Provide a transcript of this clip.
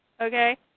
Okay